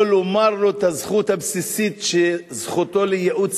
לא לומר לו את הזכות הבסיסית שזכותו לייעוץ